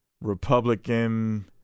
Republican